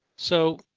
so